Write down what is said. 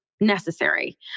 necessary